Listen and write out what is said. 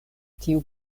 tiu